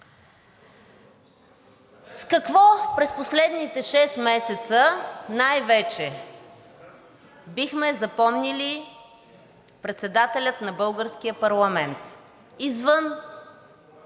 С какво през последните шест месеца най-вече бихме запомнили председателя на българския парламент извън